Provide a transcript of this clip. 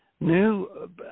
new